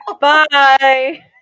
Bye